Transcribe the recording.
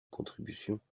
contributions